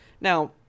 Now